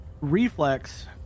Reflex –